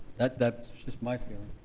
that's just my feeling.